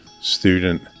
Student